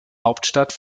hauptstadt